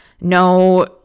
No